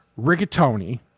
rigatoni